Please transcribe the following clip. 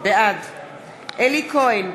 בעד אלי כהן,